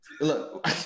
Look